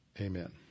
Amen